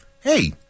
hey